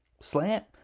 slant